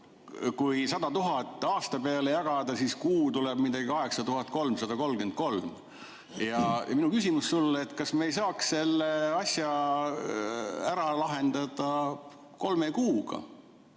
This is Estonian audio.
kui 100 000 aasta peale jagada, siis kuu tuleb 8333. Minu küsimus sulle on, kas me ei saaks selle asja ära lahendada kolme kuuga.